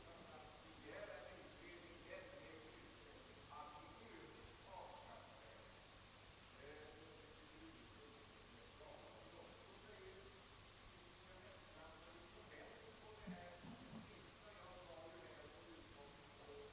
Jag tror att vi från socialdemokratiskt håll kan svara så här: Det blir en betydligt bättre utjämning i samhället, om man tar dessa skattesubventioner, lägger ihop dem i en pott och portionerar ut dem till de personer som verkligen behöver detta ekonomiska stöd, alldeles oavsett om de har en rik givare i släkten eller inte.